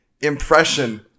impression